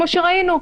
כמו שראינו.